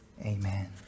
amen